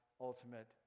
ultimate